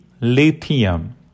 lithium